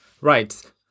Right